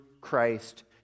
Christ